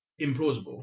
implausible